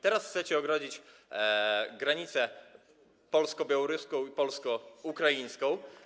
Teraz chcecie ogrodzić granicę polsko-białoruską i polsko-ukraińską.